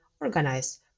organize